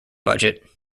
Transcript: budget